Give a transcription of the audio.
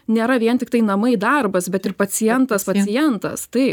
nėra vien tiktai namai darbas bet ir pacientas pacientas tai